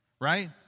right